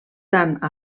tant